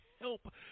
help